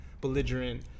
belligerent